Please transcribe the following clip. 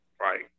right